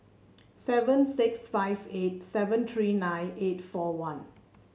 seven six five eight seven three nine eight four one